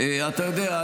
אתה יודע,